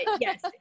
yes